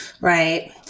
Right